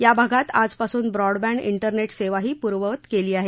याभागात आजपासून ब्रॉडबँड ाठेरनेट सेवा ही पूर्ववत केली आहे